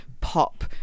pop